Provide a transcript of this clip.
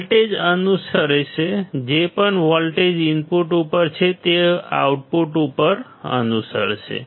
voltage અનુસરશે જે પણ વોલ્ટેજ ઇનપુટ ઉપર છે તે આઉટપુટ ઉપર અનુસરશે